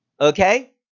Okay